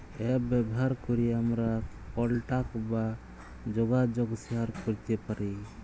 app ব্যাভার ক্যরে আমরা কলটাক বা জ্যগাজগ শেয়ার ক্যরতে পারি